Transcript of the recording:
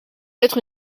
être